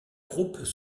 groupes